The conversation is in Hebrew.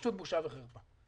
פשוט בושה וחרפה.